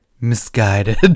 Misguided